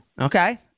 Okay